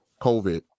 COVID